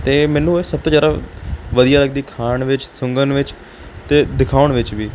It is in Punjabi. ਅਤੇ ਮੈਨੂੰ ਇਹ ਸਭ ਤੋਂ ਜ਼ਿਆਦਾ ਵਧੀਆ ਲੱਗਦੀ ਖਾਣ ਵਿੱਚ ਸੁੰਘਣ ਵਿੱਚ ਅਤੇ ਦਿਖਾਉਣ ਵਿੱਚ ਵੀ